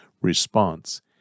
response